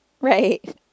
Right